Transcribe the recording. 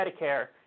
Medicare